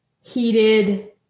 heated